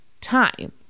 time